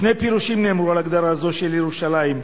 שני פירושים נאמרו על הגדרה זו של ירושלים.